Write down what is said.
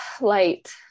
light